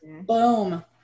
Boom